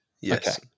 yes